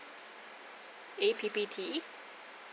A P P T